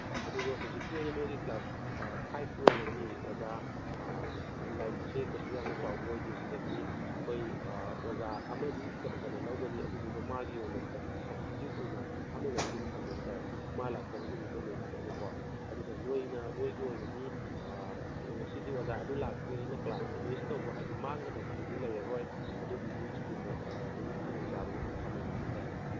ꯑꯗꯨꯒ ꯍꯧꯖꯤꯛꯀꯤ ꯑꯩꯅ ꯅꯣꯏꯒꯤ ꯀ꯭ꯂꯥꯁ ꯐꯥꯏꯚꯀꯤ ꯑꯣꯏꯅꯗꯤ ꯑꯣꯖꯥ ꯂꯥꯏꯔꯤꯛꯁꯦ ꯀꯩꯁꯨ ꯌꯥꯝꯅ ꯆꯥꯎꯕ ꯑꯣꯏꯗꯦ ꯁꯤꯗꯗꯤ ꯑꯩꯈꯣꯏ ꯑꯣꯖꯥ ꯑꯃꯗꯤ ꯀꯩꯅꯣ ꯂꯧꯒꯅꯤ ꯑꯗꯨꯗꯨꯒ ꯃꯥꯅ ꯑꯣꯏꯅ ꯁꯞꯁꯇꯤꯇ꯭ꯌꯨꯠ ꯑꯣꯏꯅ ꯑꯃꯒꯁꯨ ꯑꯗꯨꯝ ꯊꯝꯃꯦ ꯍꯥꯏ ꯇꯥꯔꯦ ꯃꯥ ꯂꯥꯛꯇꯕ ꯅꯨꯃꯤꯠꯇ ꯃꯦꯟꯈꯠꯅꯕꯀꯣ ꯑꯗꯨꯒ ꯅꯣꯏꯅ ꯅꯣꯏꯒꯤ ꯑꯣꯏꯅꯗꯤ ꯉꯁꯤꯗꯤ ꯑꯣꯖꯥ ꯑꯗꯨ ꯂꯥꯛꯇ꯭ꯔꯦꯅ ꯀ꯭ꯂꯥꯁꯇꯣ ꯃꯤꯁ ꯇꯧꯕ ꯍꯥꯏꯗꯤ ꯃꯥꯡꯒꯗꯧꯕꯗꯨꯗꯤ ꯂꯩꯔꯔꯣꯏ ꯑꯗꯨꯒꯤꯗꯤ ꯁ꯭ꯀꯨꯜꯅ ꯑꯗꯨꯝ ꯈꯨꯗꯣꯡꯆꯥꯕꯗꯤ ꯑꯗꯨꯝ ꯊꯝꯃꯕꯅꯤ ꯍꯥꯏ ꯇꯥꯔꯦ